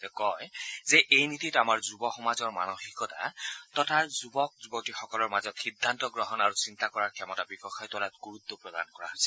তেওঁ কয় যে এই নীতিত আমাৰ যুৱ সমাজৰ মানসিকতা তথা যুৱক যুৱতীসকলৰ মাজত সিদ্ধান্ত গ্ৰহণ আৰু চিন্তা কৰাৰ ক্ষমতা বিকশাই তোলাত গুৰুত্ব প্ৰদান কৰা হৈছে